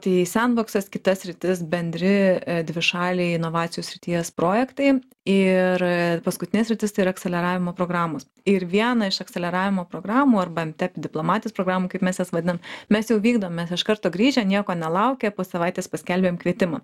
tai sendboksas kita sritis bendri dvišaliai inovacijų srities projektai ir paskutinė sritis tai yra akceleravimo programos ir viena iš akceleravimo programų arba mtep diplomatijos programų kaip mes jas vadinam mes jau vykdom mes iš karto grįžę nieko nelaukę po savaitės paskelbėm kvietimą